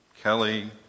Kelly